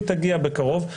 היא תגיע בקרוב,